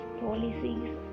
policies